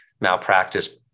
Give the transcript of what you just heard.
malpractice